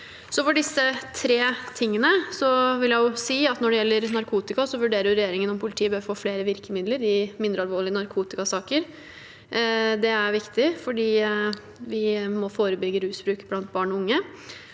når det gjelder narkotika, vurderer regjeringen om politiet bør få flere virkemidler i mindre alvorlige narkotikasaker. Det er viktig fordi vi må forebygge rusbruk blant barn og unge.